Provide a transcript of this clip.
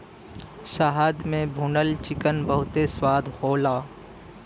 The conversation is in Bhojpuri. शहद में भुनल चिकन बहुते स्वाद होला